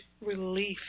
relief